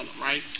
right